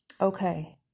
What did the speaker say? Okay